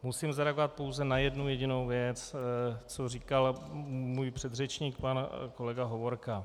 Musím zareagovat pouze na jednu jedinou věc, co říkal můj předřečník pan kolega Hovorka.